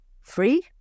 free